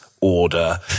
order